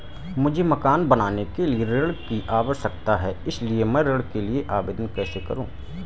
मुझे मकान बनाने के लिए ऋण की आवश्यकता है इसलिए मैं ऋण के लिए आवेदन कैसे करूं?